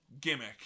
gimmick